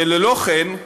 וללא כן,